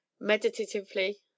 meditatively